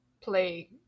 play